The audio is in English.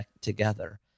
together